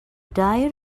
diet